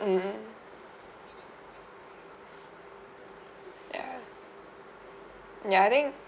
mmhmm ya ya I think